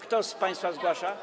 Kto z państwa zgłasza?